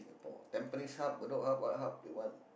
Tampines-Hub Bedok-Hub what hub you want